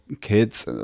kids